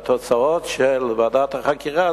והתוצאות של ועדת החקירה,